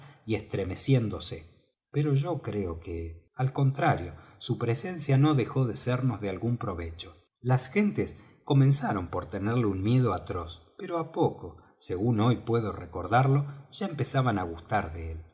y estremeciéndose pero yo creo que al contrario su presencia no dejó de sernos de algún provecho las gentes comenzaron por tenerle un miedo atroz pero á poco según hoy puedo recordarlo ya empezaban á gustar de él